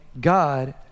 God